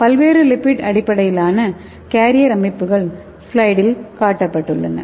பல்வேறு லிப்பிட் அடிப்படையிலான கேரியர் அமைப்புகள் ஸ்லைடில் காட்டப்பட்டுள்ளன